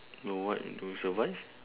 no what to survive